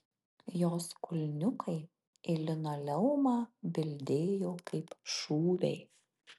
jos kulniukai į linoleumą bildėjo kaip šūviai